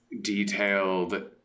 detailed